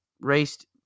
raced